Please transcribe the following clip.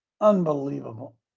Unbelievable